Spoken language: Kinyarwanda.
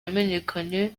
yamenyekanye